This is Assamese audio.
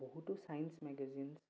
বহুতো ছায়েন্স মেগাজিনছ